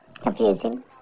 Confusing